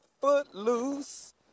Footloose